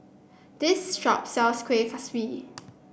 this shop sells Kuih Kaswi